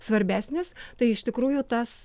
svarbesnis tai iš tikrųjų tas